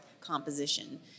composition